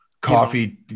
coffee